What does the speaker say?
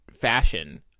fashion